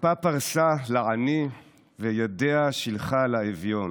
"כפה פרשה לעני וידיה שלחה לאביון,